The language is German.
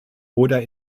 oder